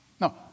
No